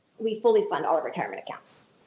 we fully fund all our retirement accounts.